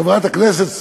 חברת הכנסת סטרוק,